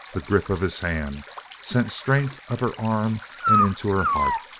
the grip of his hand sent strength up her arm and into her heart.